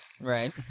Right